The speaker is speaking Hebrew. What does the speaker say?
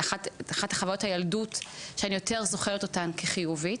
אחת מחוויות הילדות שאני יותר זוכרת אותן כחיובית.